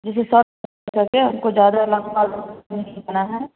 जिस हिसाब से हमको ज्यादा लंबा रूट नहीं है